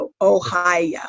Ohio